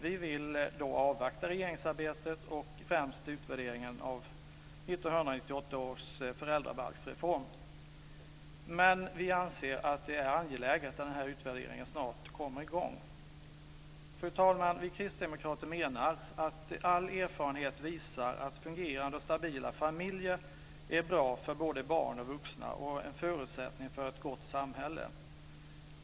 Vi vill avvakta regeringsarbetet och främst utvärderingen av 1998 års föräldrabalksreform, men vi anser att det är angeläget att denna utvärdering snabbt kommer i gång. Fru talman! Vi kristdemokrater menar att all erfarenhet visar att fungerande och stabila familjer är bra för både barn och vuxna och att det är en förutsättning för ett gott samhälle.